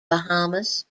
bahamas